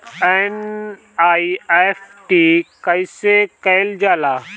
NEFT कइसे कइल जाला?